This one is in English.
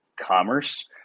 commerce